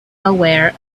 aware